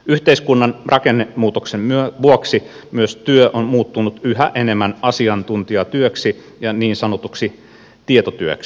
yhteiskunnan rakennemuutoksen vuoksi myös työ on muuttunut yhä enemmän asiantuntijatyöksi ja niin sanotuksi tietotyöksi